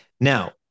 Now